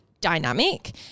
dynamic